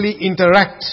interact